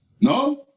No